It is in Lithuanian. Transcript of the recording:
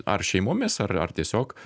ar šeimomis ar ar tiesiog